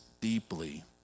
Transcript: deeply